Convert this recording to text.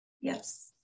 Yes